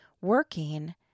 working